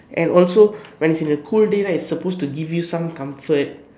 and also when its in a cool day right it is suppose to give you come comfort